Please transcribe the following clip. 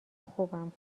خوبم